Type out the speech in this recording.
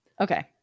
Okay